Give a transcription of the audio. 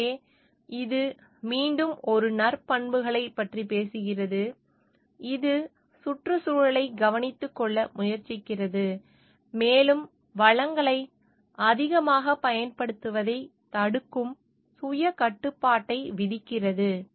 எனவே இது மீண்டும் ஒரு நற்பண்புகளைப் பற்றி பேசுகிறது இது சுற்றுச்சூழலைக் கவனித்துக்கொள்ள முயற்சிக்கிறது மேலும் வளங்களை அதிகமாகப் பயன்படுத்துவதைத் தடுக்கும் சுய கட்டுப்பாட்டை விதிக்கிறது